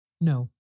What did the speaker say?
No